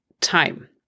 time